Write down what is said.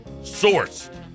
Sourced